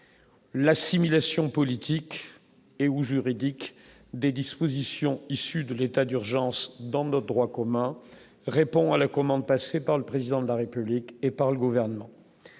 L'assimilation politique et ou juridique des dispositions issues de l'état d'urgence dans notre droit commun répond à la commande passée par le président de la République et par le gouvernement